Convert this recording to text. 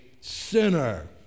sinner